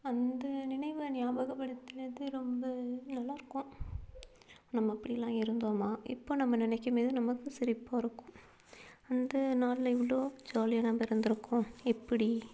அந்த நினைவை ஞாபகம்படுத்துனது ரொம்ப நல்லாயிருக்கும் நம்ம அப்படிலாம் இருந்தோமா இப்போ நம்ம நினைக்கும் போது நமக்கு சிரிப்பாக இருக்கும் அந்த நாளில் இவ்வளோ ஜாலியாக நம்ம இருந்துருக்கோம் எப்படி